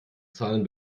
zahlen